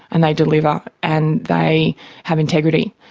and they deliver and they have integrity.